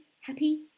Happy